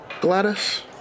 Gladys